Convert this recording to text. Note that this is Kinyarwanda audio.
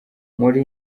muri